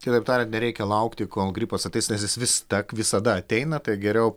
kitaip tariant nereikia laukti kol gripas ateis nes jis vis tiek visada ateina tai geriau